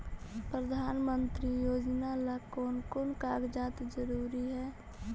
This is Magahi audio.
प्रधानमंत्री योजना ला कोन कोन कागजात जरूरी है?